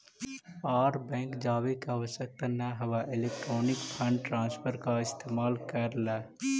आर bank जावे के आवश्यकता न हवअ इलेक्ट्रॉनिक फंड ट्रांसफर का इस्तेमाल कर लअ